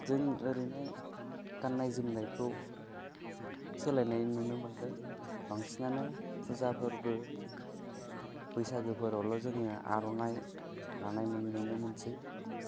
जों ओरैनो गान्नाय जोमनायखौ सोलायनाय नुनो मोन्दों बांसिनानो फुजा फोरबो बैसागुफोरावल' जोङो आर'नाइ लानाय नुनो मोनसै